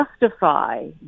justify